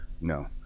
No